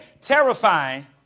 Terrifying